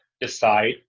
decide